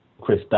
Chris